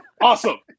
Awesome